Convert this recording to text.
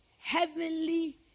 heavenly